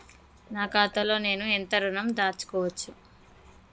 నా ఖాతాలో నేను ఎంత ఋణం దాచుకోవచ్చు?